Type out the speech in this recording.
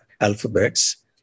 alphabets